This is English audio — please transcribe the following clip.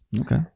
Okay